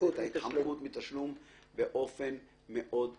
ההתחמקות מתשלום באופן מאוד משמעותי.